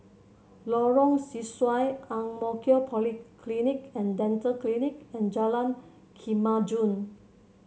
Lorong Sesuai Ang Mo Kio Polyclinic And Dental Clinic and Jalan Kemajuan